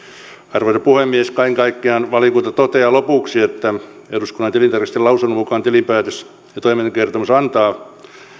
arvoisa puhemies kaiken kaikkiaan valiokunta toteaa lopuksi että eduskunnan tilintarkastajien lausunnon mukaan tilinpäätös ja toimintakertomus antavat